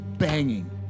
Banging